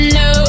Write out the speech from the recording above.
no